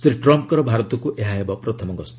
ଶ୍ରୀ ଟ୍ରମ୍ପ୍ଙ୍କର ଭାରତକୁ ଏହା ପ୍ରଥମ ଗସ୍ତ